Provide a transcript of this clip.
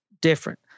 different